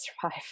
survive